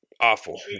awful